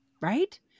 Right